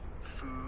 food